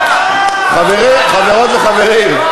חברות וחברים,